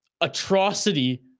atrocity